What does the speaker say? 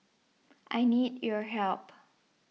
I need your help